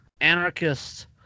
anarchists